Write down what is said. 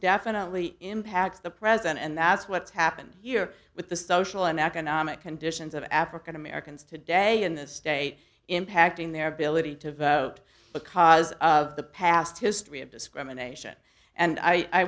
definitely impacts the present and that's what's happened here with the social and economic conditions of african americans today in this state impacting their ability to vote because of the past history of discrimination and i